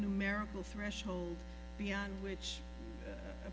numerical threshold beyond which